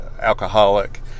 Alcoholic